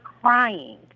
crying